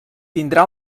tindrà